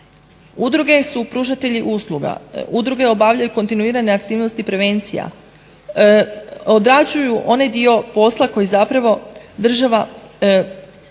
Udruge su pružatelji usluga, udruge obavljaju kontinuirane aktivnosti prevencija, odrađuju onaj dio posla koje država nastoji